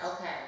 Okay